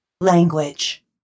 Language